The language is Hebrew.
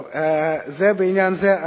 טוב, זה בעניין זה.